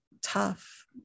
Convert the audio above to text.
tough